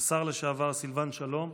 השר לשעבר סילבן שלום,